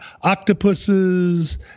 octopuses